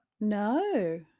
No